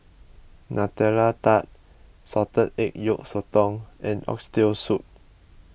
Nutella Tart Salted Egg Yolk Sotong and Oxtail Soup